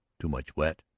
too much wet.